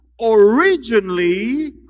originally